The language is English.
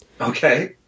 Okay